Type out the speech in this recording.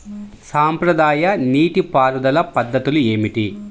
సాంప్రదాయ నీటి పారుదల పద్ధతులు ఏమిటి?